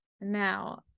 Now